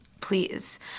Please